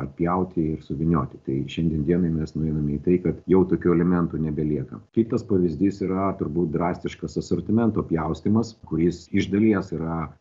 atpjauti ir suvynioti tai šiandien dienai mes nueinam į tai kad jau tokių elementų nebelieka kitas pavyzdys yra turbūt drastiškas asortimento pjaustymas kuris iš dalies yra